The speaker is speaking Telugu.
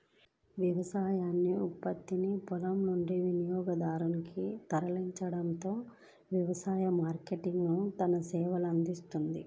వ్యవసాయ ఉత్పత్తిని పొలం నుండి వినియోగదారునికి తరలించడంలో వ్యవసాయ మార్కెటింగ్ తన సేవలనందిస్తుంది